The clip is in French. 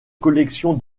collection